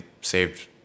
saved